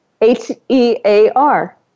H-E-A-R